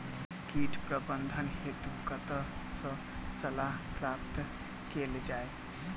कीट प्रबंधन हेतु कतह सऽ सलाह प्राप्त कैल जाय?